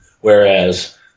Whereas